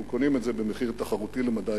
אנחנו קונים את זה במחיר תחרותי למדי,